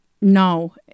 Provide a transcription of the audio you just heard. No